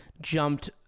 jumped